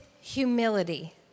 humility